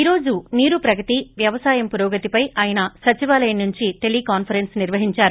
ఈ రోజు నీరు ప్రగతి వ్యవసాయం పురోగతిపై ఆయన సచివాలయం నుంచి టెలీకాన్సరెన్స్ నిర్వహిందారు